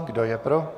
Kdo je pro?